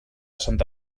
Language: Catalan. santa